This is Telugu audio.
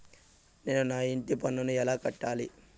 నేను నా ఇంటి పన్నును ఎలా కట్టాలి?